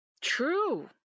True